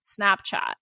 snapchat